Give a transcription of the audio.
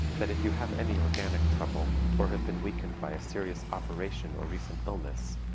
that if you have any organic trouble, or have been weakened by a serious operation or recent illness,